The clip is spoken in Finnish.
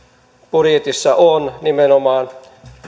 budjetissa ovat nimenomaan